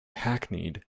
hackneyed